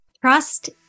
Trust